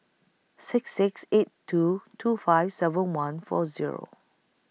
six six eight two two five seven one four Zero